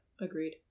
Agreed